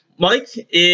Mike